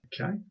okay